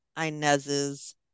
Inez's